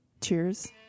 Cheers